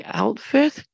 outfit